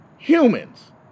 Humans